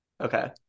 Okay